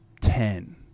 ten